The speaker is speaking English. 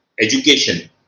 education